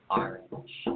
orange